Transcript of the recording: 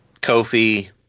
Kofi